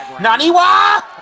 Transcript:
NANIWA